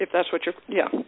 if that's what your yeah